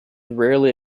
rarely